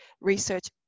research